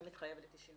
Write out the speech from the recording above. אני מתחייב ל-91%.